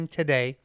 today